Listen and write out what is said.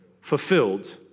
fulfilled